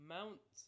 Mount